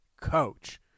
coach